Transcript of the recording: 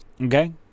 Okay